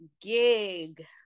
gig